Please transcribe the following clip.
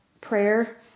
prayer